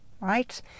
right